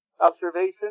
observation